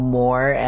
more